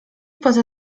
poza